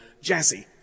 Jazzy